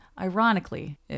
Ironically